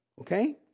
Okay